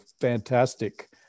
Fantastic